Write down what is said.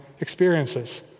experiences